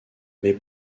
mais